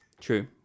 True